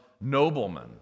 noblemen